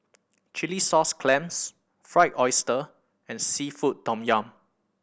chilli sauce clams Fried Oyster and seafood tom yum